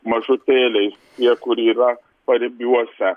mažutėliais tie kur yra paribiuose